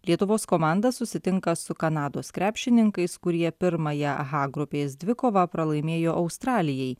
lietuvos komanda susitinka su kanados krepšininkais kurie pirmąją h grupės dvikovą pralaimėjo australijai